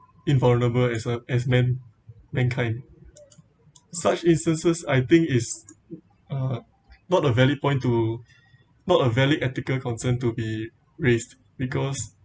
invulnerable as uh as men mankind such instances I think is uh not a valid point to not a valid ethical concern to be raised because